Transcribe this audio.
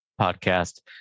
podcast